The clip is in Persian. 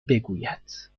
بگوید